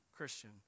Christian